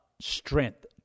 strength